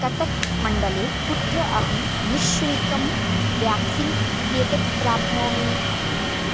कटक् मण्डले कुत्र अहं निःशुल्कं व्याक्सीन् इत्येतत् प्राप्नोमि